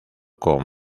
con